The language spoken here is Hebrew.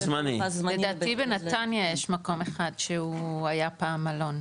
לדעתי בנתניה יש מקום אחד שהוא היה פעם מלון.